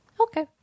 Okay